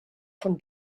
von